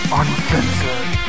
uncensored